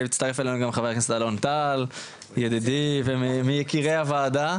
הצטרף אלינו גם חבר הכנסת אלון טל ידידי ומיקירי הוועדה.